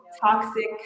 toxic